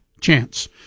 chance